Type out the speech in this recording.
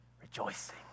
rejoicing